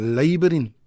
laboring